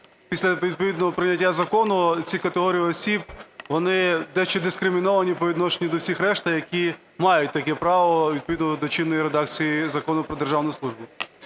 після відповідного прийняття закону ці категорії осіб, вони дещо дискриміновані по відношенню до всіх решти, які мають таке право відповідно до чинної редакції Закону "Про державну службу".